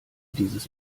dieses